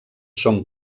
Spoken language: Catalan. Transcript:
són